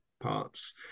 parts